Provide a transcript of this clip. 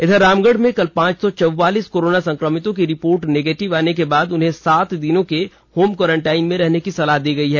इधर रामगढ़ मे कल पांच सौ चौवालीस कोरोना संक्रमितों की रिर्पोट निगेटिव आने के बाद उन्हें सात दिनों के होम क्वारेंटाइन मे रहने की सलहा दी गई है